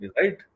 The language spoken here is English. right